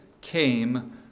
came